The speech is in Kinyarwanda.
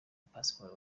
pasiporo